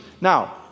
Now